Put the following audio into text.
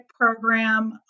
program